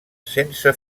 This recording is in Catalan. sense